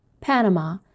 Panama